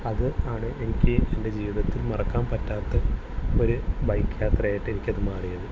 അത് ആണ് എനിക്ക് എൻ്റെ ജീവിതത്തിൽ മറക്കാൻ പറ്റാത്ത ഒരു ബൈക്ക് യാത്രയായിട്ട് എനിക്കത് മാറിയത്